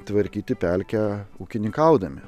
tvarkyti pelkę ūkininkaudami